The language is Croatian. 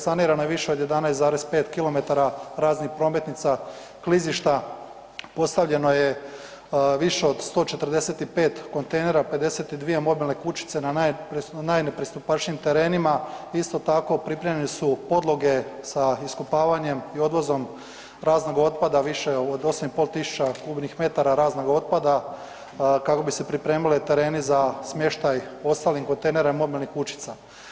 Sanirano je više od 11,5 km raznih prometnica, klizišta, postavljeno je više od 145 kontejnera, 52 mobilne kućice na najnepristupačnijim terenima, isto tako pripremljene su podloge sa iskopavanjem i odvozom raznog otpada više od 8.500 kubnih metara raznog otpada kako bi se pripremili tereni za smještaj … kontejnera i mobilnih kućica.